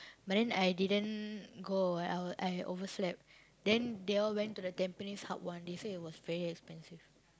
but then I didn't go I I overslept then they all went to the Tampines-Hub one they said it was very expensive